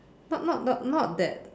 not not not not that